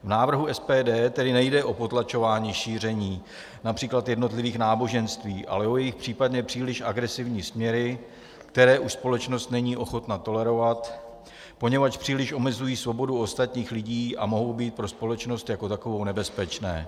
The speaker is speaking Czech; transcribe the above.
V návrhu SPD tedy nejde o potlačování šíření například jednotlivých náboženství, ale o jejich případně příliš agresivní směry, které už společnost není ochotna tolerovat, poněvadž příliš omezují svobodu ostatních lidí a mohou být pro společnost jako takovou nebezpečné.